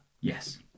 Yes